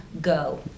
Go